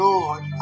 Lord